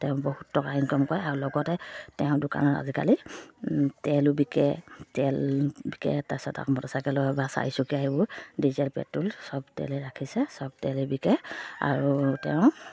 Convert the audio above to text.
তেওঁ বহুত টকা ইনকাম কৰে আৰু লগতে তেওঁ দোকানত আজিকালি তেলো বিকে তেল বিকে তাৰপিছত মটৰচাইকেলৰ বা চাৰিচকীয়া এইবোৰ ডিজেল পেট্ৰ'ল চব তেলে ৰাখিছে চব তেলে বিকে আৰু তেওঁ